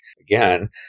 again